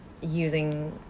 using